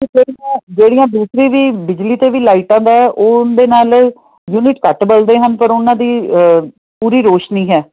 ਅਤੇ ਜਿਹੜੀਆ ਜਿਹੜੀਆਂ ਦੂਜੀ ਵੀ ਬਿਜਲੀ 'ਤੇ ਵੀ ਲਾਈਟਾਂ ਨੇ ਉਹਦੇ ਨਾਲ ਯੂਨਿਟ ਘੱਟ ਬਲਦੇ ਹਨ ਪਰ ਉਹਨਾਂ ਦੀ ਪੂਰੀ ਰੋਸ਼ਨੀ ਹੈ